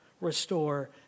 restore